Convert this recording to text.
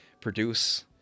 produce